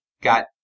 got